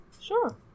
sure